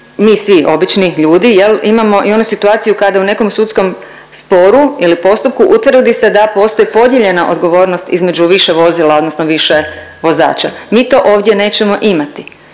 mi svi obični ljudi jel imamo i onu situaciju kada u nekom sudskom sporu ili postupku utvrdi se da postoji podijeljena odgovornost između više vozila odnosno više vozača. Mi to ovdje nećemo imati